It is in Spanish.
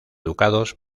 ducados